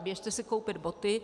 Běžte si koupit boty.